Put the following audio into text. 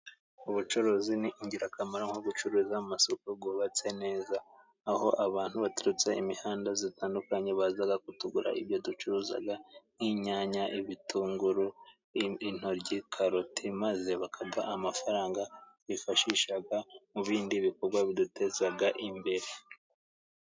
Ubucuruzi ni ingirakamaro，nko gucuruza mu masoko yubatse neza，aho abantu baturutse imihanda itandukanye， baza kutugurira ibyo ducuruza，nk'inyanya，ibitunguru， intoryi，karoti， maze bakaduha amafaranga twifashisha mu bindi bikorwa biduteza imbere.